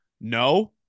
no